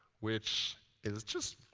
which is just,